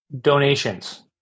donations